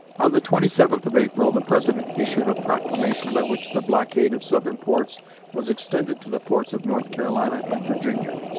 on the twenty seventh of april the president issued a proclamation by which the blockade of southern ports was extended to the ports of north carolina and virginia.